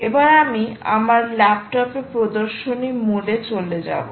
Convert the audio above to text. এবার আমি আমার ল্যাপটপে প্রদর্শনী মোড এ চলে যাব